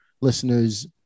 listeners